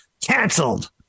canceled